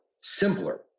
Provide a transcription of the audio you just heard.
simpler